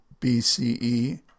BCE